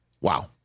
Wow